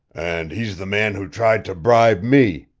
and he's the man who tried to bribe me!